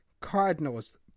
Cardinals